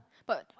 but